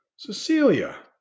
Cecilia